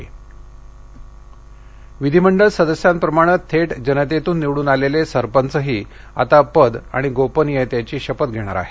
पंकजा मंडे विधीमंडळ सदस्यांप्रमाणे थेट जनतेतून निवडून आलेले सरपंचही आता पद आणि गोपनीयतेची शपथ घेणार आहेत